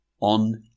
on